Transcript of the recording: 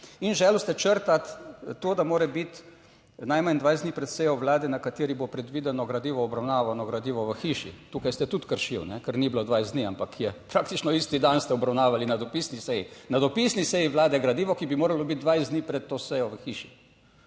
in želeli ste črtati to, da mora biti najmanj 20 dni pred sejo Vlade, na kateri bo predvideno gradivo, obravnavano gradivo v hiši, tukaj ste tudi kršil, ker ni bilo 20 dni, ampak je, praktično isti dan ste obravnavali na dopisni seji, na dopisni seji Vlade gradivo, ki bi moralo biti 20 dni pred to sejo v hiši.